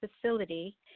facility